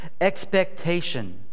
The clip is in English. expectation